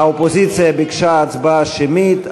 האופוזיציה ביקשה הצבעה שמית,